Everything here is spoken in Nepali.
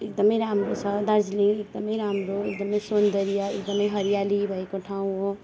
एकदमै राम्रो छ दार्जिलिङ एकदमै राम्रो एकदमै सौन्दर्य एकदमै हरियाली भएको ठाउँ हो